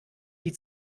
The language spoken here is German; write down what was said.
die